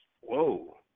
Whoa